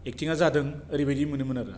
एकटिङा जादों ओरैबायदि मोनोमोन आरो